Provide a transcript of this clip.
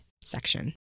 section